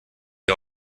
die